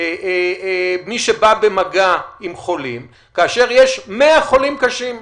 מי שבא במגע עם חולים כאשר יש 100 חולים קשים,